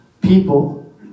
people